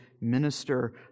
minister